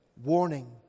Warning